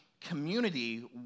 community